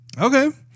Okay